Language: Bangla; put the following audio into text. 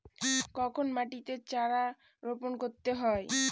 কখন মাটিতে চারা রোপণ করতে হয়?